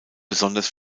besonders